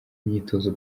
imyitozo